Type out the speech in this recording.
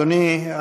אדוני,